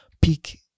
pick